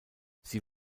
sie